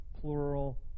plural